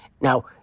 Now